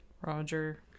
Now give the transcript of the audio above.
Roger